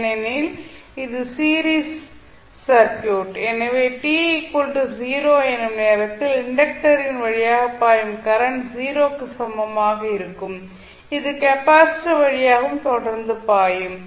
ஏனெனில் இது series circuit எனவே t 0 எனும் நேரத்தில் இண்டக்டரின் வழியாக பாயும் கரண்ட் 0 க்கு சமமாக இருக்கும் இது கெப்பாசிட்டர் வழியாகவும் தொடர்ந்து பாயும்